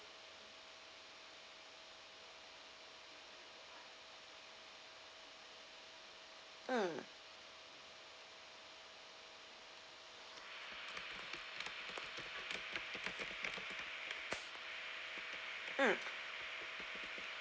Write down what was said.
mm mm